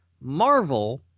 Marvel